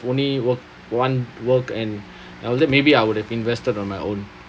only worked one work and I'll then maybe I would have invested on my own